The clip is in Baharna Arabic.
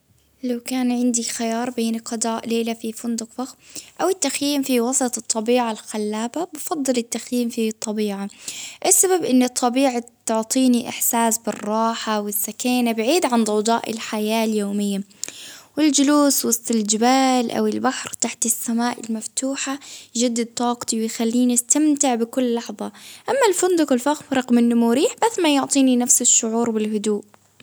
لو كان عندي خيار بيني قضاء ليلة في فندق فخم أو التخييم في وسط الطبيعة الخلابة ،يفضل التخييم في الطبيعة، السبب إن طبيعة تعطيني إحساس بالراحة والسكينة بعيد عن ضوضاء الحياة اليومية، والجلوس وسط الجبال، أو البحر تحت السماء المفتوحة يجدد طاقتي ،ويخليني أستمتع بكل لحظة، أما الفندق الفاخر رقم النموري بس ما يعطيني نفس الشعور بالهدوء.